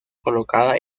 colocada